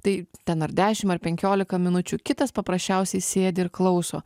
tai ten ar dešim ar penkiolika minučių kitas paprasčiausiai sėdi ir klauso